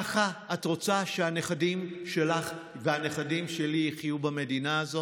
ככה את רוצה שהנכדים שלך והנכדים שלי יחיו במדינה הזאת?